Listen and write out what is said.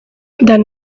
then